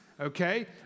okay